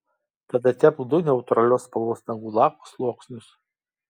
tada tepk du neutralios spalvos nagų lako sluoksnius